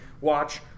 watch